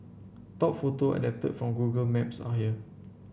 top photo adapted from Google Maps are here